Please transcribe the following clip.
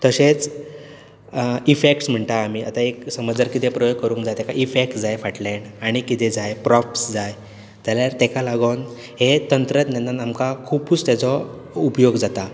तशेंच इफॅक्ट्स् म्हणटा आमी आतां एक समज जर कितें प्रयोग करूंक जाय ताका इफॅक्ट्स जाय फाटल्यान आनी कितें जाय प्रॉप्स जाय जाल्यार ताका लागून हें तंत्रज्ञानान आमकां खुबूच ताजो उपयोग जाता